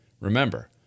remember